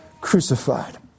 crucified